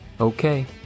Okay